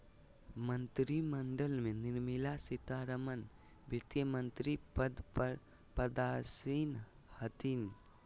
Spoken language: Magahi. मंत्रिमंडल में निर्मला सीतारमण वित्तमंत्री पद पर पदासीन हथिन